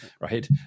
right